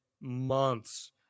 months